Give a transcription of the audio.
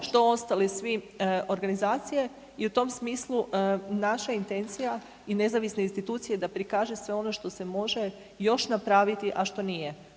što ostali svi organizacije i u tom smislu naša intencija i nezavisne institucije da prikaže sve ono što se može još napraviti, a što nije.